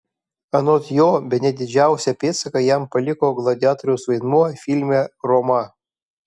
anot jo bene didžiausią pėdsaką jam paliko gladiatoriaus vaidmuo filme roma